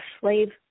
slave